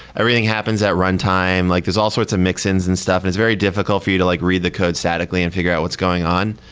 everything happens at runtime. like there're all sorts of mix-ins and stuff and it's very difficult for you to like read the code statically and figure out what's going on.